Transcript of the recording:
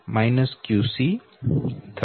આ સમીકરણ 3 છે